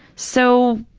so,